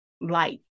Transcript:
life